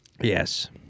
Yes